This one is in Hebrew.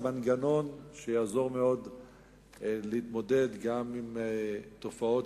זה מנגנון שיעזור מאוד להתמודד גם עם תופעות